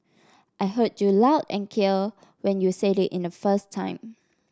I heard you loud and care when you said it in the first time